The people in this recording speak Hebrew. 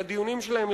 לדיונים שלהם,